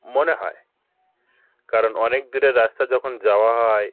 মনে হয় কারণ অনেক দূরের রাস্তা যখন যাওয়া হয়